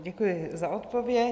Děkuji za odpověď.